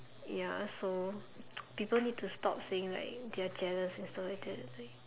ya so people need to stop saying like they're jealous and stuff like that like